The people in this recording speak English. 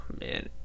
man